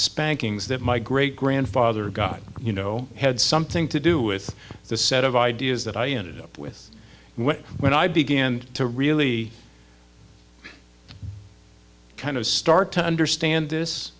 spankings that my great grandfather got you know had something to do with the set of ideas that i ended up with when i began to really i kind of start to understand this